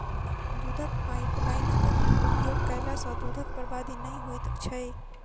दूधक पाइपलाइनक उपयोग करला सॅ दूधक बर्बादी नै होइत छै